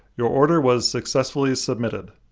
your order was successfully submitted.